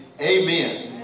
amen